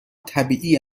طبیعی